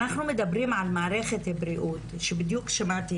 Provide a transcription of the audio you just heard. אנחנו מדברים על מערכת בריאות - בדיוק שמעתי